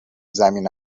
زمین